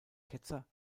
ketzer